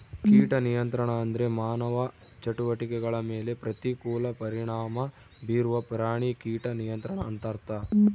ಕೀಟ ನಿಯಂತ್ರಣ ಅಂದ್ರೆ ಮಾನವ ಚಟುವಟಿಕೆಗಳ ಮೇಲೆ ಪ್ರತಿಕೂಲ ಪರಿಣಾಮ ಬೀರುವ ಪ್ರಾಣಿ ಕೀಟ ನಿಯಂತ್ರಣ ಅಂತರ್ಥ